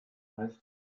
high